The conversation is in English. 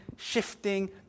Shifting